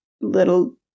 little